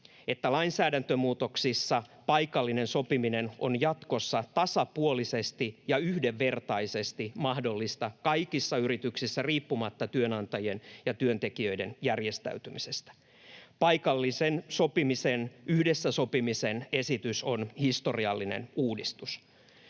lainsäädäntömuutoksissa paikallinen sopiminen on jatkossa tasapuolisesti ja yhdenvertaisesti mahdollista kaikissa yrityksissä riippumatta työnantajien ja työntekijöiden järjestäytymisestä. Paikallisen sopimisen, yhdessä sopimisen esitys on historiallinen uudistus.